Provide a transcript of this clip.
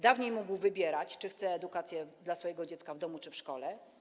Dawniej mógł wybierać, czy chce edukację dla swojego dziecka w domu, czy w szkole.